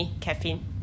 Caffeine